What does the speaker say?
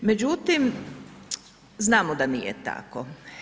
Međutim, znamo da nije tako.